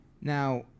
Now